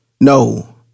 No